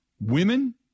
women